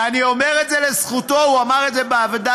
ואני אומר את זה לזכותו, הוא אמר את זה בוועדה,